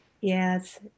Yes